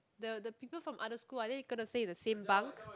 the the people from the other school are they going to stay in the same bunk